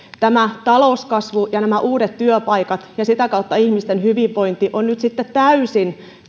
tämä talouskasvu ja nämä uudet työpaikat ja sitä kautta ihmisten hyvinvointi ovat nyt sitten täysin